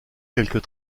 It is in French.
quelques